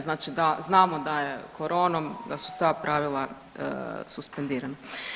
Znači da znamo da je koronom da su ta pravila suspendirana.